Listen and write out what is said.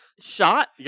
shot